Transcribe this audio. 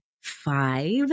five